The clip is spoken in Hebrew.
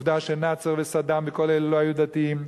עובדה שנאצר וסדאם וכל אלה לא היו דתיים.